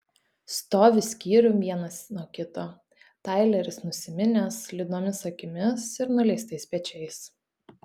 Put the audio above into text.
stovi skyrium vienas nuo kito taileris nusiminęs liūdnomis akimis ir nuleistais pečiais